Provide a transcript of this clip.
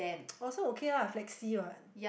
oh so okay ah flexi what